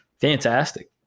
fantastic